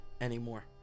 anymore